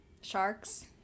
sharks